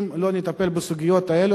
אם לא נטפל בסוגיות האלה,